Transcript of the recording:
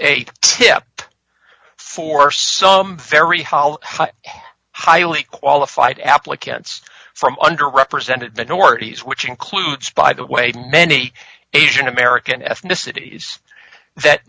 a tip for some very hollow highly qualified applicants from under represented minorities which includes by the way many asian american ethnicities that